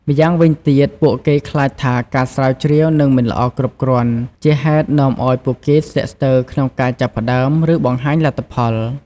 ម៉្យាងវិញទៀត ពួកគេខ្លាចថាការស្រាវជ្រាវនឹងមិនល្អគ្រប់គ្រាន់ ជាហេតុនាំឱ្យពួកគេស្ទាក់ស្ទើរក្នុងការចាប់ផ្តើម ឬបង្ហាញលទ្ធផល។